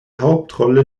hauptrolle